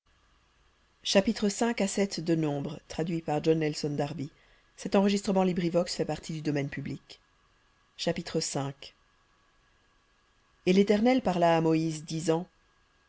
chapitre et l'éternel parla à moïse disant